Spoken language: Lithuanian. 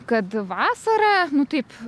kad vasarą nu taip